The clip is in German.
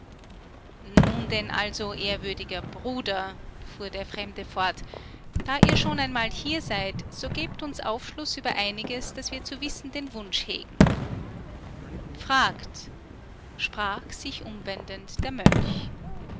nun denn also ehrwürdiger bruder fuhr der fremde fort da ihr schon einmal hier seid so gebt uns aufschluß über einiges das wir zu wissen den wunsch hegen fragt sprach sich umwendend der mönch